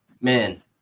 man